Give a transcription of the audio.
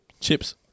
chips